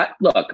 look